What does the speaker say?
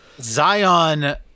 Zion